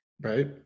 right